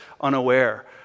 unaware